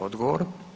Odgovor.